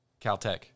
Caltech